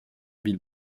ville